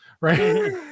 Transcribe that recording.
right